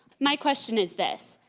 my question is this,